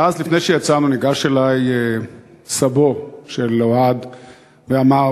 ואז, לפני שיצאנו ניגש אלי סבו של אוהד ואמר: